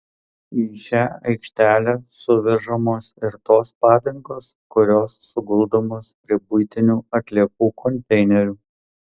į šią aikštelę suvežamos ir tos padangos kurios suguldomos prie buitinių atliekų konteinerių